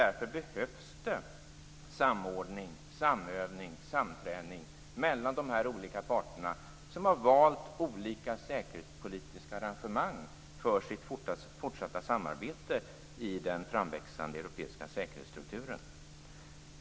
Därför behövs det samordning, samövning, samträning mellan de olika parterna som har valt olika säkerhetspolitiska arrangemang för sitt fortsatta samarbete i den framväxande europeiska säkerhetsstrukturen.